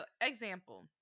example